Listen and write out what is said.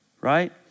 Right